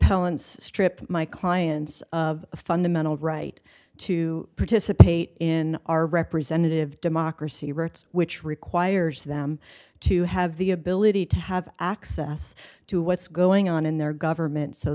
appellant's strip my clients of a fundamental right to participate in our representative democracy rights which requires them to have the ability to have access to what's going on in their government so